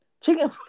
chicken